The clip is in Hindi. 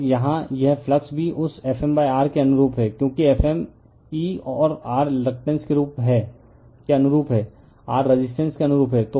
और यहाँ यह फ्लक्स भी उस FmR के अनुरूप है क्योंकि Fm E और R रीलकटेन्स के अनुरूप है R रेजिस्टेंस के अनुरूप है